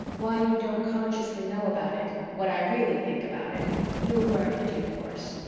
why you don't consciously know about it, what i really think about it you'll learn in due course.